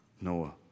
Noah